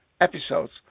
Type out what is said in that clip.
episodes